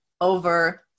over